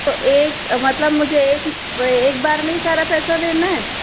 तो एक मतलब मुझे एक एक बार में ही सारा पैसा देना है